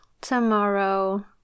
Tomorrow